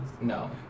No